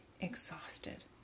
exhausted